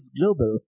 Global